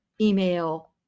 email